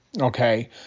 okay